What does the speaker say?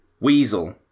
weasel